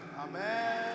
Amen